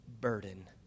burden